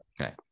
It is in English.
Okay